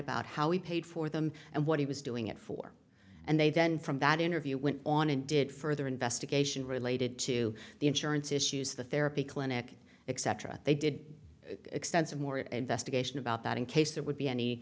about how he paid for them and what he was doing it for and they then from that interview went on and did further investigation related to the insurance issues the therapy clinic except they did extensive more investigation about that in case there would be any